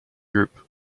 group